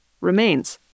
remains